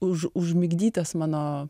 už užmigdytas mano